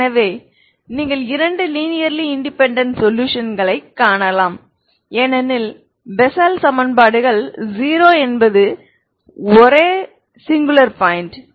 எனவே நீங்கள் இரண்டு லீனியர்லி இன்டெபேன்டென்ட் சொலுஷன்களைக் காணலாம் ஏனெனில் பெசல் சமன்பாடுகள் 0 என்பது ஒரே சிங்குலர் பாயிண்ட்